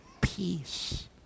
peace